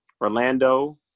Orlando